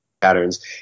patterns